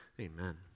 Amen